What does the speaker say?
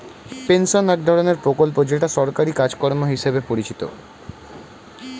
pension এক ধরনের প্রকল্প যেটা সরকারি কার্যক্রম হিসেবে পরিচিত